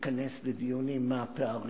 להיכנס לדיונים מה הפערים.